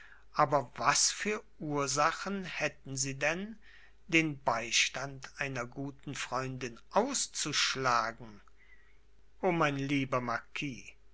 aber was für ursachen hätten sie denn den beistand einer guten freundin auszuschlagen o mein lieber